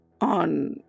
on